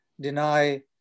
deny